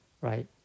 right